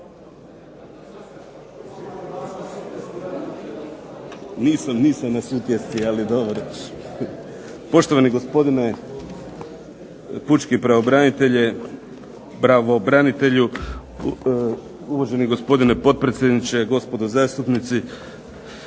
Nisam na Sutjeski, ali dobro. Poštovani gospodine pučki pravobranitelju, uvaženi gospodine potpredsjedniče, gospodo zastupnici.